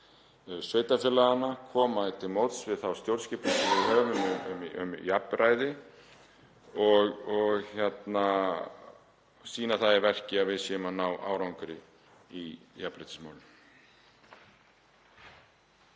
sveitarfélaganna, koma til móts við þá stjórnskipun sem við höfum um jafnræði og sýna það í verki að við séum að ná árangri í jafnréttismálum.